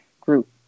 group